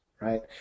right